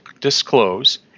disclose